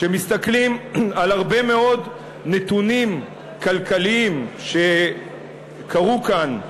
כשמסתכלים על הרבה מאוד נתונים כלכליים שקרו כאן,